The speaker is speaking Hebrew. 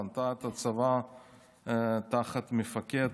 בנתה את הצבא תחת מפקד,